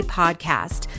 podcast